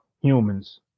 humans